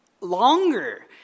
longer